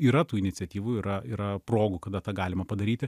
yra tų iniciatyvų yra yra progų kada tą galima padaryti